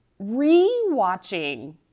rewatching